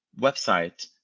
website